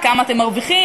כמה אתם מרוויחים?